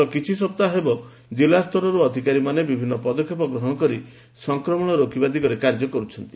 ଗତ କିଛି ସପ୍ତାହ ହେବ ଜିଲ୍ଲା ସ୍ତରରୁ ଅଧିକାରୀମାନେ ବିଭିନ୍ନ ପଦକ୍ଷେପ ଗ୍ରହଣ କରି ସଂକ୍ରମଣ ରୋକିବା ଦିଗରେ କାର୍ଯ୍ୟ କରୁଛନ୍ତି